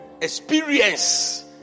experience